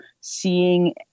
seeing